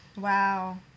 Wow